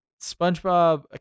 spongebob